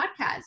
podcast